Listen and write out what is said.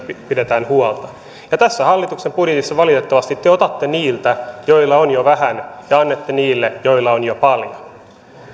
pidetään huolta tässä hallituksen budjetissa te valitettavasti otatte niiltä joilla on jo nyt vähän ja annatte niille joilla on jo paljon